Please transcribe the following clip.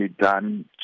done